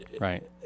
Right